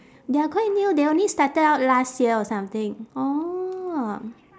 they are quite new they only started out last year or something orh